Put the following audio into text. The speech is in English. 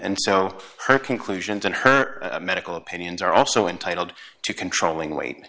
and so her conclusions and her medical opinions are also entitled to controlling weight